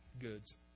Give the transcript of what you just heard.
goods